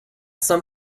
some